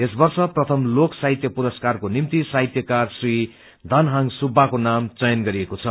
यो वर्ष प्रथम लोक साहित्य पुरस्कारको निम्ति साहित्यकार श्री धनहांग सुब्बाको नाम चयन गरिएको छ